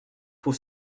pour